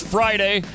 Friday